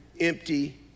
empty